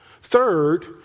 Third